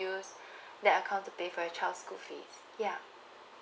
you will use that account to pay for your child's school fees ya